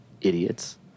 Idiots